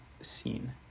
scene